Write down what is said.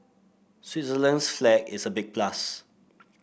Switzerland's flag is a big plus